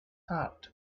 heart